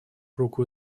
руку